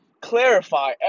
clarify